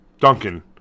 Duncan